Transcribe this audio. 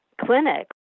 clinics